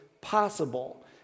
possible